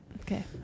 Okay